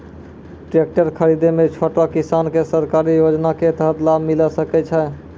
Tractor खरीदै मे छोटो किसान के सरकारी योजना के तहत लाभ मिलै सकै छै?